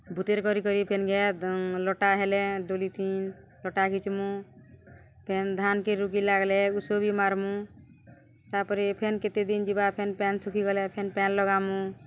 ଭୁତେର୍ କରି କରି ଫେନ୍ ଗାଏ ଲଟା ହେଲେ ଡୁଲି ଥି ଲଟା ଘିଚ୍ମୁ ଫେନ୍ ଧାନ୍କେ ରୁଗି ଲାଗ୍ଲେ ଉଷୋ ବି ମାର୍ମୁ ତା'ପରେ ଫେନ୍ କେତେ ଦିନ୍ ଯିବା ଫେନ୍ ପାଏନ୍ ଶୁଖିଗଲେ ଫେନ୍ ପାଏନ୍ ଲଗାମୁ